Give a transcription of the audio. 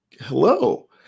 Hello